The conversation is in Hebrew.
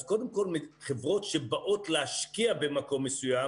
אז קודם כל חברות שבאות להשקיע במקום מסוים